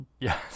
Yes